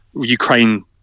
Ukraine